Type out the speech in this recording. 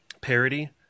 parody